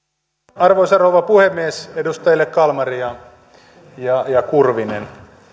arvoisa rouva puhemies edustajille kalmari ja ja kurvinen